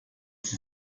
sie